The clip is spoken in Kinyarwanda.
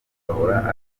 agahora